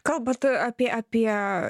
kalbant apie apie